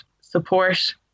support